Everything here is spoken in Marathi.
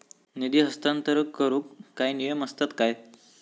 निधी हस्तांतरण करूक काय नियम असतत काय?